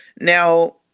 Now